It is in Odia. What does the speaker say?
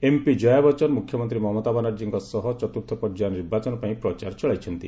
ଏମ୍ପି ଜୟା ବଚ୍ଚନ ମୁଖ୍ୟମନ୍ତ୍ରୀ ମମତା ବାନାର୍ଜୀଙ୍କ ସହ ଚତ୍ର୍ଥ ପର୍ଯ୍ୟାୟ ନିର୍ବାଚନ ପାଇଁ ପ୍ରଚାର ଚଳାଇଛନ୍ତି